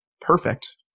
perfect